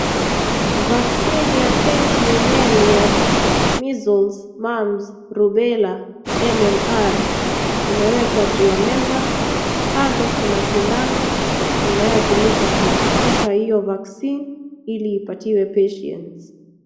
Vaccine ya 20ml ya measles, mumps, rubella, MMR imewekwa juu ya meza. Kando kuna sindano inayotumika kuvuta hio vaccine ili ipatiwe patients .